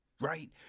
right